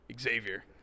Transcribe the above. Xavier